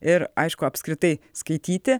ir aišku apskritai skaityti